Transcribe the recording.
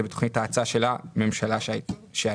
זה בתוכנית ההאצה של הממשלה שהייתה.